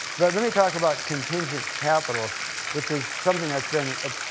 but let me talk about contingent capital which is something that's been a,